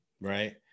right